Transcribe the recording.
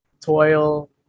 toil